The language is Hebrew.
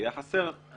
היה חסר הניתוח